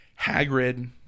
Hagrid